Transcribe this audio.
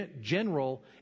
general